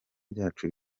byacu